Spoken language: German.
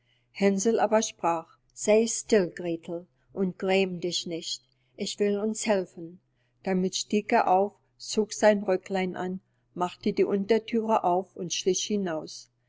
hänsel aber sprach sey still gretel und gräm dich nicht ich will uns helfen damit stieg er auf zog sein röcklein an machte die unterthüre auf und schlich hinaus